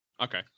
okay